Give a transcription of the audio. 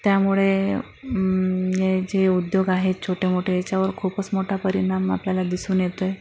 त्यामुळे हे जे उद्योग आहेत छोटे मोठे याच्यावर खूपच मोठा परिणाम आपल्याला दिसून येतो आहे